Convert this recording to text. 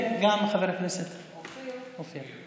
גם חבר הכנסת אופיר.